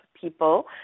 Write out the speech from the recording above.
people